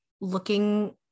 looking